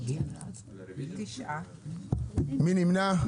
9. מי נמנע?